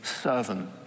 servant